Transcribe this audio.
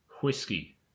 Whiskey